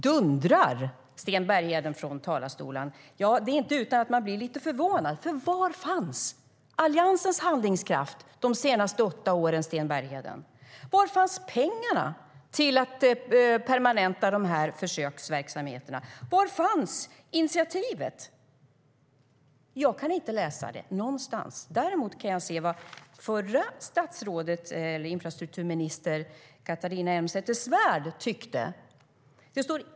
dundrar Sten Bergheden från talarstolen. Det är inte utan att man blir lite förvånad. Var fanns Alliansens handlingskraft de senaste åtta åren, Sten Bergheden? Var fanns pengarna till att permanenta försöksverksamheterna? Var fanns initiativet? Jag kan inte läsa det någonstans. Däremot kan jag se vad förra infrastrukturministern Catharina Elmsäter Svärd tyckte.